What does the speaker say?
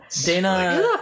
Dana